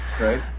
Right